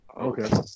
okay